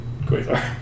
Quasar